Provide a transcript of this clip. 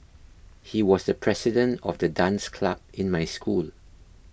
he was the president of the dance club in my school